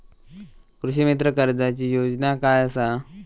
कृषीमित्र कर्जाची योजना काय असा?